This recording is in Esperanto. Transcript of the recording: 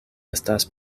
estas